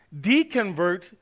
deconvert